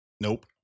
Nope